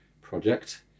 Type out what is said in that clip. project